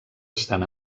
estan